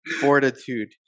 fortitude